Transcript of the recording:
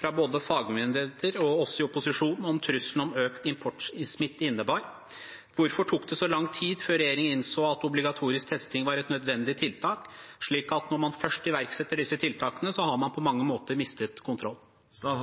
fra både fagmyndigheter og oss i opposisjonen om hva trusselen fra økt importsmitte innebar. Hvorfor tok det så lang tid før regjeringen innså at obligatorisk testing var et nødvendig tiltak, slik at når man først iverksetter disse tiltakene, har man på mange måter mistet kontrollen? Jeg